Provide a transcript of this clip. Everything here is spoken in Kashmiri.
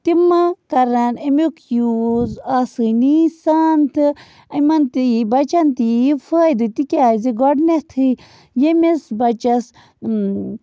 تِمہٕ کَران اَمیُک یوٗز آسٲنی سان تہٕ یِمَن تہِ یی بچن تہِ یی فٲیدٕ تِکیٚازِ گۄڈنٮ۪تھٕے ییٚمِس بچَس